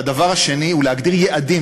והדבר השני הוא להגדיר יעדים,